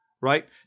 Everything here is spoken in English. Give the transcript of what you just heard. right